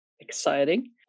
exciting